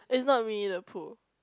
it's not Winnie-the-Pooh